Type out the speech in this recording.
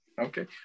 okay